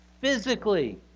physically